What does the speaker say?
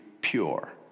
pure